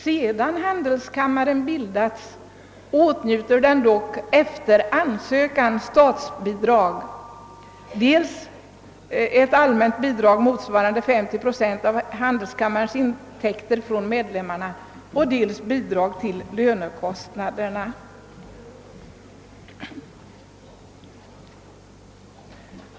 Sedan handelskammaren bildats åtnjuter den dock statsbidrag, om man ansöker om det, dels ett allmänt bidrag motsvarande 50 procent av handelskammarens intäkter från medlemmarna, dels bidrag till lönekostnaderna.